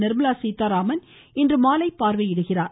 நிர்மலா சீதாராமன் இன்று பார்வையிடுகிறார்